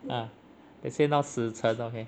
ah they said now 死城 okay